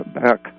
back